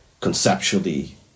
conceptually